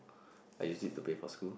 I use it to pay for school